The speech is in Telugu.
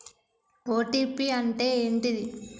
ఓ.టీ.పి అంటే ఏంటిది?